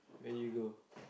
where did you go